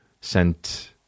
Sent